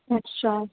ਅੱਛਾ